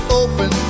open